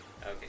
Okay